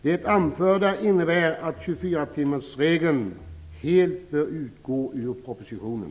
Det anförda innebär att 24-timmarsregeln helt bör utgå ur propositionen.